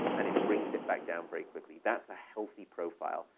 and it brings it back down very quickly. that's healthy profile.